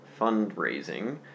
fundraising